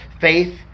faith